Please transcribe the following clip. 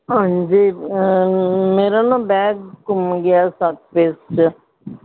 ਹਾਂਜੀ ਮੇਰਾ ਨਾ ਬੈਗ ਗੁੰਮ ਗਿਆ ਸੱਤ ਫੇਸ 'ਚ